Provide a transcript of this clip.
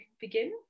begin